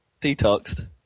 detoxed